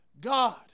God